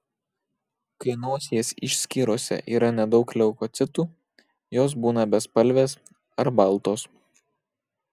kai nosies išskyrose yra nedaug leukocitų jos būna bespalvės ar baltos